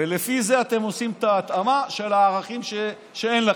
ולפי זה אתם עושים את ההתאמה של הערכים שאין לכם.